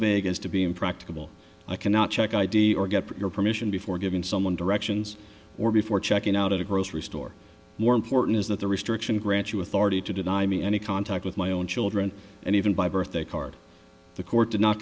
vague as to be impracticable i cannot check id or get your permission before giving someone directions or before checking out at a grocery store more important is that the restriction grants you authority to deny me any contact with my own children and even by birthday card the court